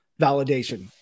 validation